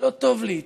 לא טוב לי איתו,